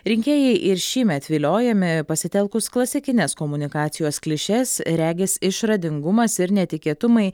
rinkėjai ir šįmet viliojami pasitelkus klasikines komunikacijos klišes regis išradingumas ir netikėtumai